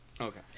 Okay